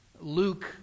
Luke